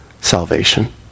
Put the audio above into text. salvation